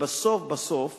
ובסוף בסוף